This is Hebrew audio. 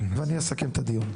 ואני אסכם את הדיון.